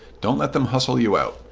don't let them hustle you out.